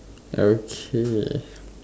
okay